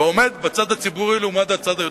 ועומד בצד הציבורי לעומת הצד היותר-פרטי.